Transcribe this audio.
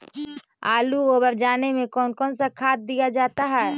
आलू ओवर जाने में कौन कौन सा खाद दिया जाता है?